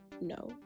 no